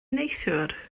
neithiwr